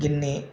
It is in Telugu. ఇన్నీ